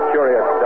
Curious